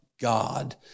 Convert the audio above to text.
God